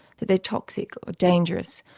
that they're toxic or dangerous,